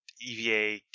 EVA